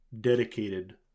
dedicated